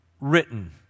written